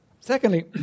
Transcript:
Secondly